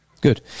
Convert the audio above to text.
Good